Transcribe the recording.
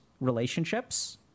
relationships